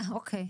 אוקיי.